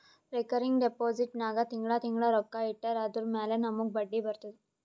recurring deposit ನಾಗ್ ತಿಂಗಳಾ ತಿಂಗಳಾ ರೊಕ್ಕಾ ಇಟ್ಟರ್ ಅದುರ ಮ್ಯಾಲ ನಮೂಗ್ ಬಡ್ಡಿ ಬರ್ತುದ